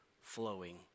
flowing